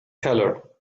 color